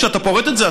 כשאתה פורט את זה,